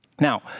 Now